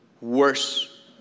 worse